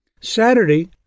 Saturday